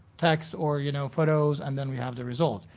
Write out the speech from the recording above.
texts, or you know, photos, and then we have the result.